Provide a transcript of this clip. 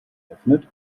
geöffnet